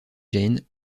jane